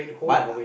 but